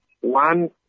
One